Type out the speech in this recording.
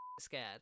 scared